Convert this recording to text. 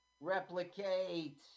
Replicate